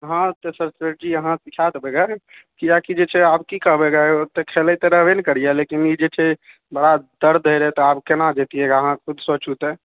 हँ तऽ सर जी अहाँ बुझा देबै गऽ कियाकि आब की कहबै गऽ खेलति तऽ रहबे ने करियै लेकिन ई जे छै बड़ा दर्द दए रहै तऽ आब केना जैतिय रऽ अहाँ खुद सोचू तऽ